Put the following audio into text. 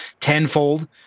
tenfold